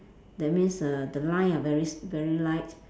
that means err the line are very s~ very light